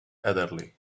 elderly